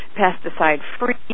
pesticide-free